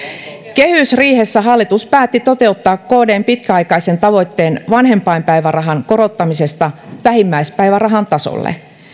kehysriihessä hallitus päätti toteuttaa kdn pitkäaikaisen tavoitteen vanhempainpäivärahan korottamisesta vähimmäispäivärahan tasolle